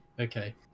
Okay